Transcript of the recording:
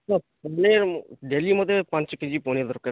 daily ମୋତେ ପାଞ୍ଚ KG paneer ଦରକାର